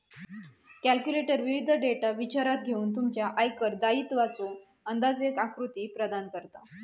calculator विविध data विचारात घेऊन तुमच्या आयकर दायित्वाचो अंदाजे आकृती प्रदान करता